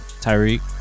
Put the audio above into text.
Tyreek